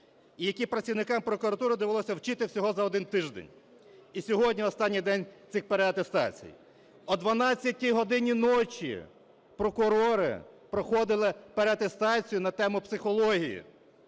і які працівникам прокуратури довелося вчити всього за один тиждень. І сьогодні останній день цих переатестацій. О 12 годині ночі прокурори проходили переатестацію на тему психології.